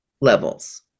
levels